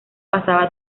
pasaba